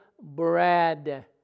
bread